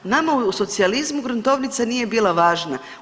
Nama u socijalizmu gruntovnica nije bila važna.